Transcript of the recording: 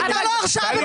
הייתה לו הרשעה.